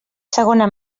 segona